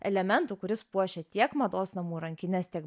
elementų kuris puošia tiek mados namų rankines tiek